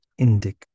Indic